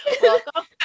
Welcome